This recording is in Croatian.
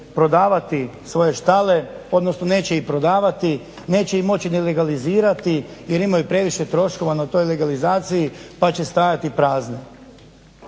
prodavati svoje štale, odnosno neće ih prodavati, neće ih moći ni legalizirati jer imaju previše troškova na toj legalizaciji pa će stajati prazne.